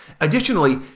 Additionally